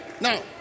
now